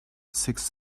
six